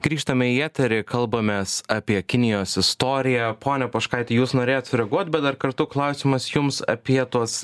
grįžtame į eterį kalbamės apie kinijos istoriją pone poškaite jūs norėjot sureaguot bet dar kartu klausimas jums apie tuos